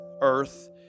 earth